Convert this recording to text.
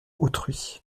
autrui